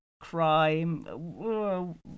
crime